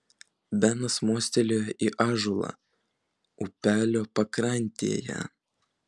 benas mostelėjo į ąžuolą upelio pakrantėje